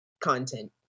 content